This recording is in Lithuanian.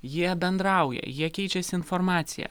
jie bendrauja jie keičiasi informacija